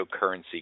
Cryptocurrency